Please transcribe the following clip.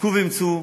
חזקו ואמצו,